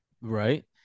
Right